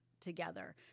together